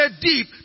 deep